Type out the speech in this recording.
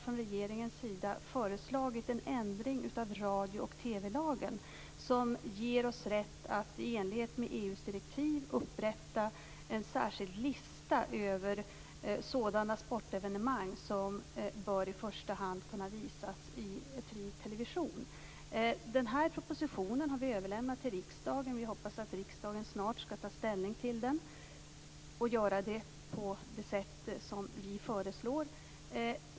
Regeringen har föreslagit en ändring av radio och TV-lagen som ger oss rätt att, i enlighet med EU:s direktiv, upprätta en särskild lista över sådana sportevenemang som i första hand bör kunna visas i fri television. Vi har överlämnat den här propositionen till riksdagen. Vi hoppas att riksdagen snart skall ta ställning till den och göra det på det sätt som vi föreslår.